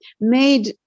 made